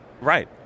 Right